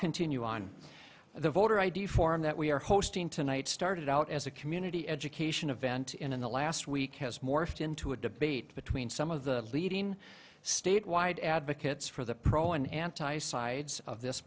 continue on the voter id forum that we are hosting tonight started out as a community education a vent in the last week has morphed into a debate between some of the leading statewide advocates for the pro and anti sides of this